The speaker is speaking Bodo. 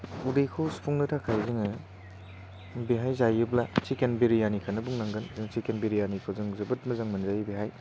उदैखौ सुफुंनो थाखाय जोङो बेहाय जायोब्ला चिकेन बिरियानिखौनो बुंनांगोन जों चिकेन बिरियानिखौ जों जोबोद मोजां मोनजायो बेहाय